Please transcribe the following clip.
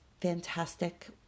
fantastic